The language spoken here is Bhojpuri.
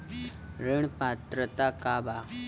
ऋण पात्रता का बा?